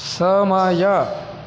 ಸಮಯ